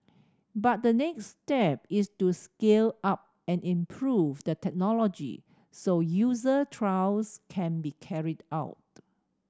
but the next step is to scale up and improve the technology so user trials can be carried out